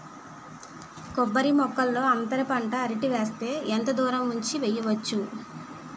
కొబ్బరి మొక్కల్లో అంతర పంట అరటి వేస్తే ఎంత దూరం ఉంచి వెయ్యొచ్చు?